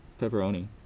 pepperoni